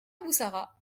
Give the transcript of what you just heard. bourassa